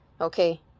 Okay